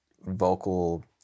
vocal